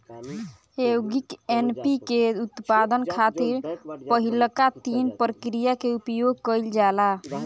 यौगिक एन.पी.के के उत्पादन खातिर पहिलका तीन प्रक्रिया के उपयोग कईल जाला